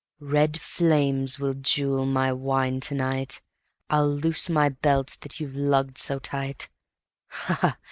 red flames will jewel my wine to-night i'll loose my belt that you've lugged so tight ha! ha!